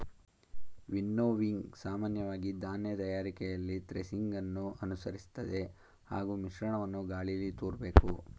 winnowing ಸಾಮಾನ್ಯವಾಗಿ ಧಾನ್ಯ ತಯಾರಿಕೆಯಲ್ಲಿ ಥ್ರೆಸಿಂಗನ್ನು ಅನುಸರಿಸ್ತದೆ ಹಾಗೂ ಮಿಶ್ರಣವನ್ನು ಗಾಳೀಲಿ ತೂರ್ಬೇಕು